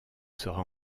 sera